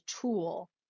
tool